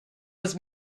was